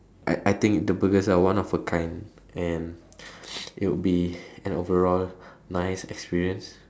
I I think the burgers are one of a kind and it would be an overall nice experience